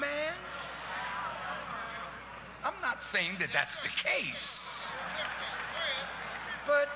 me i'm not saying that that's the case but